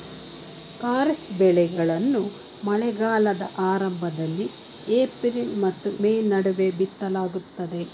ಖಾರಿಫ್ ಬೆಳೆಗಳನ್ನು ಮಳೆಗಾಲದ ಆರಂಭದಲ್ಲಿ ಏಪ್ರಿಲ್ ಮತ್ತು ಮೇ ನಡುವೆ ಬಿತ್ತಲಾಗುತ್ತದೆ